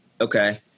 Okay